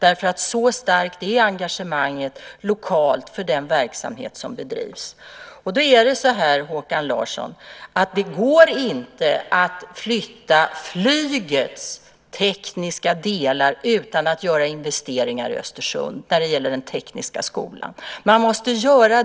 Så starkt är det lokala engagemanget för den verksamhet som bedrivs. Det går inte, Håkan Larsson, att flytta flygets tekniska delar utan att göra investeringar i Östersund om man ska ha den tekniska skolan där.